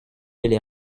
belle